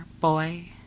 boy